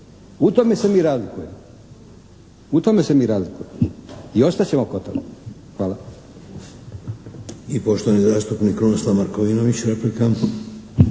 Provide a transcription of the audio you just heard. U tome se mi razlikujemo. U tome se mi razlikujemo i ostat ćemo kod toga. Hvala.